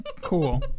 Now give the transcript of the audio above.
cool